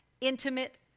intimate